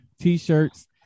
t-shirts